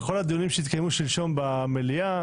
בכל הדיונים שהתקיימו שלשום במליאה,